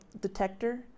detector